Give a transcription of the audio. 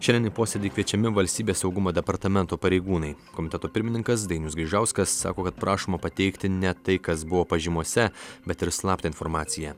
šiandien į posėdį kviečiami valstybės saugumo departamento pareigūnai komiteto pirmininkas dainius gaižauskas sako kad prašoma pateikti ne tai kas buvo pažymose bet ir slaptą informaciją